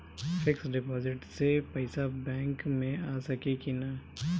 Fix deposit से पैसा bank मे आ सकी कि ना?